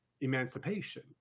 emancipation